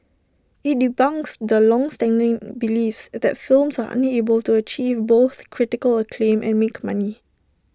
IT debunks the longstanding beliefs that films are unable to achieve both critical acclaim and make money